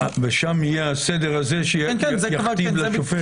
ושם יהיה הסדר הזה שיכתיב לשופט?